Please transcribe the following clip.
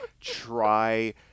try